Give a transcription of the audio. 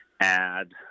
add